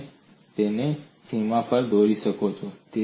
તમે તેને સીમા પર દોરી શકો છો